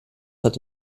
hat